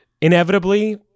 inevitably